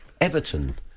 Everton